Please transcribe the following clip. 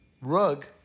rug